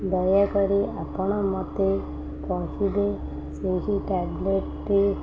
ଦୟାକରି ଆପଣ ମୋତେ କହିବେ ସେହି ଟ୍ୟାବ୍ଲେଟ୍ଟି